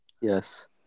Yes